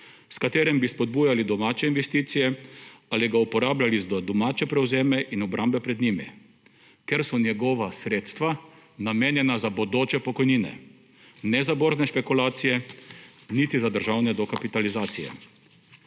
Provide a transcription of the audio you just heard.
s katerim bi spodbujali domače investicije ali ga uporabljali za domače prevzeme in obrambe pred njimi, ker so njegova sredstva namenjena za bodoče pokojnine in ne za borzne špekulacije, niti za državne dokapitalizacije.